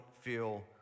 feel